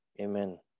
Amen